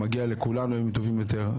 מגיע לכולנו ימים טובים יותר.